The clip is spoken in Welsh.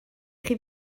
chi